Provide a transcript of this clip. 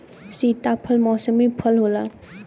सीताफल मौसमी फल होला